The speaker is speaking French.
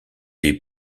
les